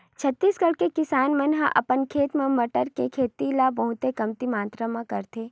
छत्तीसगढ़ के किसान मन ह अपन खेत म बटरा के खेती ल बहुते कमती मातरा म करथे